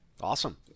awesome